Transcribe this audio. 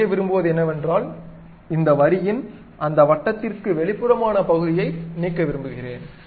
நான் செய்ய விரும்புவது என்னவென்றால் இந்த வரியின் அந்த வட்டத்திற்கு வெளிப்புறமான பகுதியை நீக்க விரும்புகிறேன்